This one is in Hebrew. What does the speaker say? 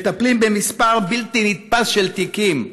מטפלים במספר בלתי נתפס של תיקים.